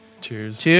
Cheers